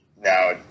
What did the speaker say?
Now